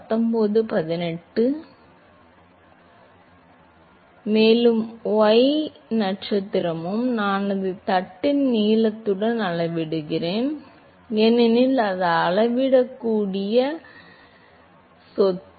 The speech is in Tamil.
மாணவர் மேலும் y நட்சத்திரமும் நான் அதை தட்டின் நீளத்துடன் அளவிடுகிறேன் ஏனெனில் அது அளவிடக்கூடிய சொத்து